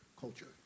culture